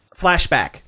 flashback